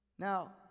Now